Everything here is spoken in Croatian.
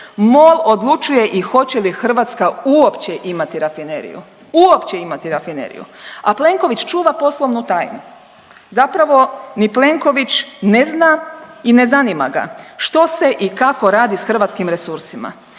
Mol odlučuje i hoće li Hrvatska uopće imati rafineriju, uopće imati rafineriju, a Plenković čuva poslovnu tajnu, zapravo ni Plenković ne zna i ne zanima ga što se i kako radi sa hrvatskim resursima.